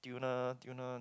tuner tuner